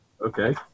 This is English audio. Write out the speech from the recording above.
Okay